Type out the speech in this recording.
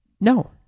No